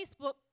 Facebook